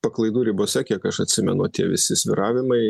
paklaidų ribose kiek aš atsimenu tie visi svyravimai